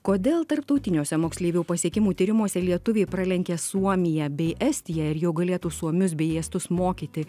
kodėl tarptautiniuose moksleivių pasiekimų tyrimuose lietuviai pralenkė suomiją bei estiją ir jau galėtų suomius bei estus mokyti